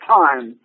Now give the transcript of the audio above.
time